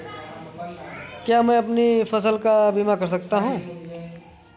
क्या मैं अपनी फसल का बीमा कर सकता हूँ?